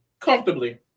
Comfortably